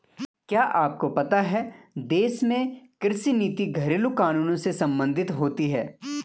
क्या आपको पता है देश में कृषि नीति घरेलु कानूनों से सम्बंधित होती है?